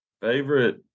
favorite